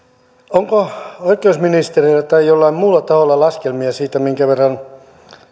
onko oikeusministeriöllä tai jollain muulla taholla laskelmia siitä minkä verran